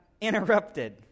interrupted